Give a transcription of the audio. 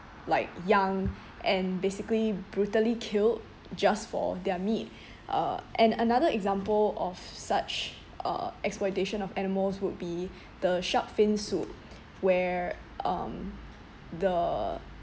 like young and basically brutally killed just for their meat uh and another example of such uh exploitation of animals would be the shark fin soup where um the